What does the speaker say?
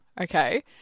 Okay